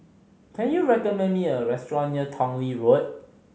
can you recommend me a restaurant near Tong Lee Road